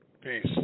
Peace